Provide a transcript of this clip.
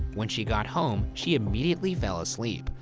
when she got home, she immediately fell asleep,